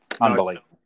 Unbelievable